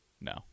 no